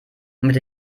wird